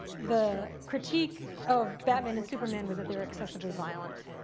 the critique of batman and superman was that they were excessively violent.